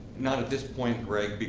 not at this point, greg,